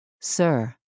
Sir